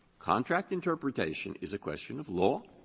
contract interpretation is a question of law,